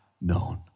known